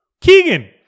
Keegan